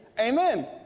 Amen